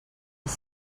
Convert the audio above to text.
els